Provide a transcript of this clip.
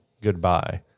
goodbye